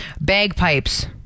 Bagpipes